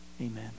Amen